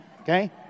Okay